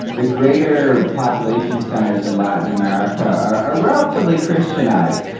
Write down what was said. the greater population centres in latin america are are relatively christianised.